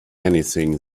anything